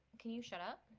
can you shut up?